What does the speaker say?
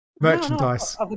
merchandise